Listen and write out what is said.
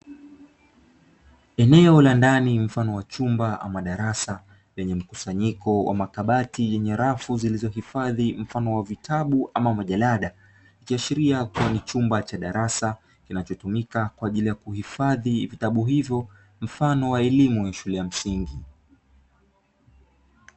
Eneo la ndani mfano wa chuma ama darasa, lenye mkusanyiko wa makabati yenye rafu zilizohifadhi mfano wa vitabu ama majarada, ikiashiria kuwa ni chumba cha darasa kinachotumika kwa ajili ya kuhifadhi vitabu hivyo mfano wa elimu ya shule ya msingi.